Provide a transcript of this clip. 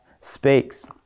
speaks